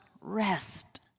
rest